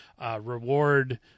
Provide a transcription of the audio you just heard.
reward